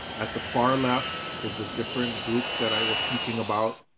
at the far left is the different groups that i was speaking about.